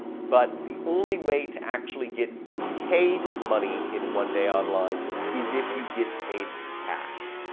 but the only way to actually get paid money in one day online is if you get paid cash.